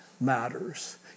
matters